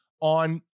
on